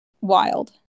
wild